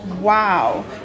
wow